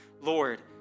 Lord